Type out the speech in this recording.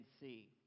see